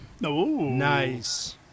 nice